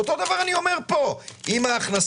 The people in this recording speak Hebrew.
ואותו דבר אני אומר פה: ההכנסה,